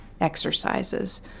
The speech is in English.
exercises